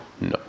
No